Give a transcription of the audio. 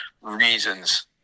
reasons